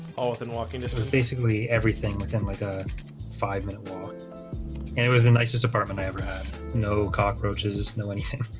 all within walking this was basically everything within like a five minute walk and it was the nicest apartment i ever had no cockroaches know anything